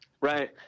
Right